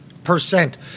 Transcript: percent